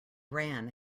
ran